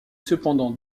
cependant